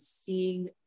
seeing